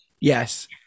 Yes